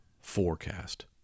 forecast